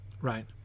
Right